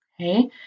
okay